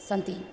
सन्ति